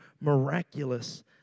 miraculous